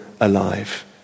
alive